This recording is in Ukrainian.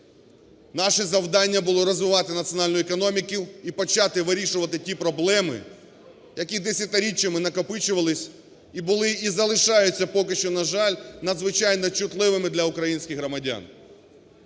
наше завдання було розвивати національну економіку і почати вирішувати ті проблеми, які десятиріччями накопичувались, і були, і залишаються поки що, на жаль, надзвичайно чутливими для українських громадян.